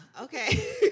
okay